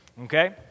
Okay